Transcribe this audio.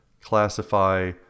classify